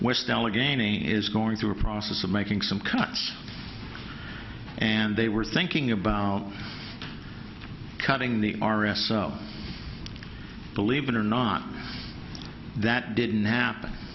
west allegheny is going through a process of making some cuts and they were thinking about cutting the r f so believe it or not that didn't happen